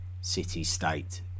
city-state